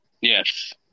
Yes